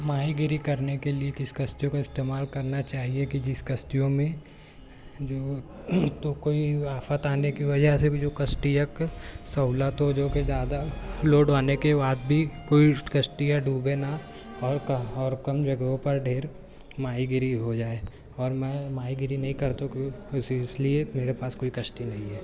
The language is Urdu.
ماہی گیری کرنے کے لیے کس کشتیوں کا استعمال کرنا چاہیے کہ جس کشتیوں میں جو تو کوئی آفت آنے کی وجہ سے جو کشتی ایک سہولتوں جو کہ زیادہ لوڈ آنے کے بعد بھی کوئی کشتی یا ڈوبے نا اور کم جگہوں پر ڈھیر ماہی گیری ہو جائے اور میں ماہی گیری نہیں کر تو کہ کسی اس لیے میرے پاس کوئی کشتی نہیں ہے